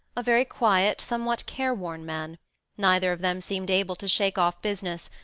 a very quiet, somewhat careworn man neither of them seemed able to shake off business,